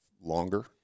longer